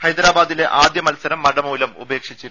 ഹൈദരബാദിലെ ആദ്യ മത്സരം മഴമൂലം ഉപേക്ഷിച്ചിരുന്നു